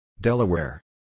Delaware